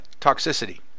toxicity